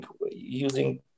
using